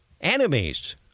Enemies